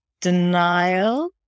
Denial